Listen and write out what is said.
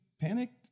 panicked